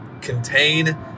Contain